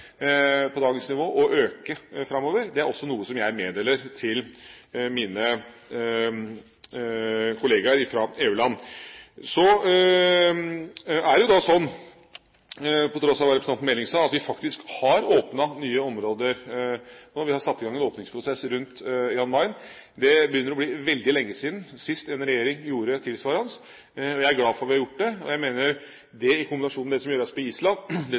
på dagens nivå, og øke framover. Det er også noe jeg meddeler til mine kollegaer fra EU-land. Så er det jo da sånn – på tross av hva representanten Meling sa – at vi faktisk har åpnet nye områder. Nå har vi satt i gang en åpningsprosess rundt Jan Mayen. Det begynner å bli veldig lenge siden sist en regjering gjorde noe tilsvarende. Jeg er glad for at vi har gjort det, og jeg mener at det, i kombinasjon med det som gjøres på Island, og det